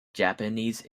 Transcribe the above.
japanese